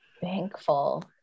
thankful